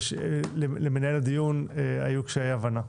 למנהל הדיון היו קשיים הבנה.